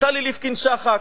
טלי ליפקין-שחק,